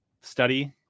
study